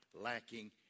lacking